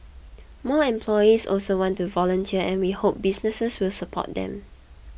more employees also want to volunteer and we hope businesses will support them